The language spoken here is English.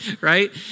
right